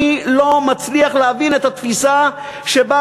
אני לא מצליח להבין את התפיסה שבה